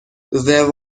there